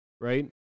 right